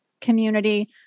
community